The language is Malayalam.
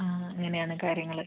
ആ അങ്ങനെയാണ് കാര്യങ്ങൾ